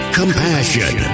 compassion